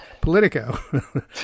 Politico